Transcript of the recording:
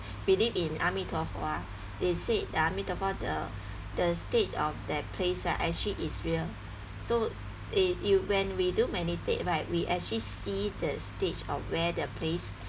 predict in a mi tuo fo ah they said the a mi tuo fo the the state of that place ah actually is real so eh you when we do meditate right we actually see the stage of where the place